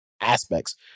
aspects